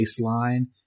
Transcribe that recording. baseline